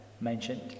mentioned